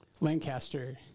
Lancaster